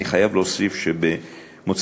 אני חייב להוסיף שבמוצאי-שבת